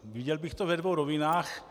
Viděl bych to ve dvou rovinách.